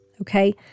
okay